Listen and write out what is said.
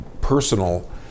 personal